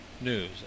news